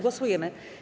Głosujemy.